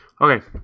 Okay